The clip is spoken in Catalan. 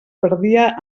perdia